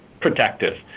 protective